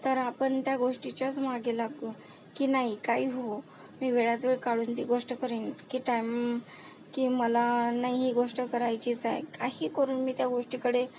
तर आपण त्या गोष्टीच्याच मागे लागू की नाही काही होवो मी वेळात वेळ काढून ती गोष्ट करेन की टाईम की मला नाही ही गोष्ट करायचीच आहे काही करून मी त्या गोष्टीकडे